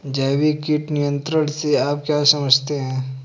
जैविक कीट नियंत्रण से आप क्या समझते हैं?